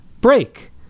break